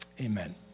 Amen